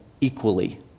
equally